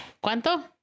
¿Cuánto